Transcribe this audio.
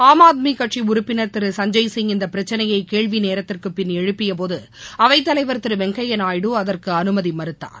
ஆம் ஆத்மிகட்சிஉறுப்பினர் திரு சஞ்ஜய் சிய் இந்தபிரச்சிளையகேள்விநேரத்துக்குப் பிள் எழுப்பியபோது அவைத்தலைவர் திருவெங்கையாநாயுடு அதற்குஅறுமதிமறுத்தார்